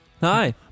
hi